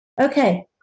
Okay